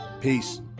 Peace